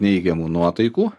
neigiamų nuotaikų